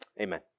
Amen